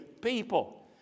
people